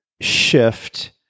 shift